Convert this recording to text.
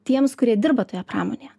tiems kurie dirba toje pramonėje